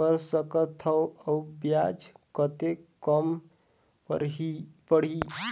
कर सकथव अउ ब्याज कतेक कम पड़ही?